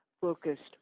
focused